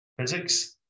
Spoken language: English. physics